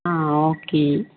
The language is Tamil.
ஆ ஓகே